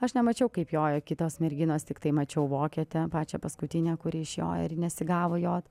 aš nemačiau kaip joja kitos merginos tiktai mačiau vokietę pačią paskutinę kuri išjoja ir nesigavo jot